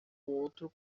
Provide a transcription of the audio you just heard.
outro